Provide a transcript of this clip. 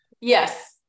Yes